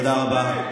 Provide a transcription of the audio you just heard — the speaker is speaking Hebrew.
תודה רבה.